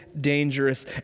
dangerous